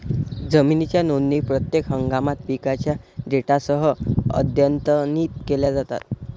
जमिनीच्या नोंदी प्रत्येक हंगामात पिकांच्या डेटासह अद्यतनित केल्या जातात